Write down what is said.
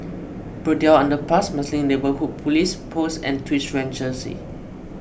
Braddell Underpass Marsiling Neighbourhood Police Post and Twin Regency